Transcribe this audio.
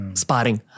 sparring